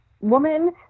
woman